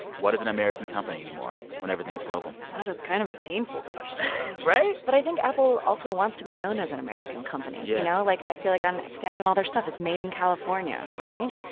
what is an american company anymore when everything is global? that but is kind of a painful question right? but i think apple also wants to be known as an american company, you know? like, i feel like on stamped on all their stuff is made in california, right?